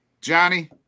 Johnny